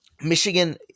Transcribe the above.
Michigan